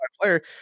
player